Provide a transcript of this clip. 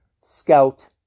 scout